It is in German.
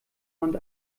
und